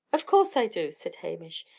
of course i do, said hamish.